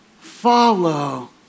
follow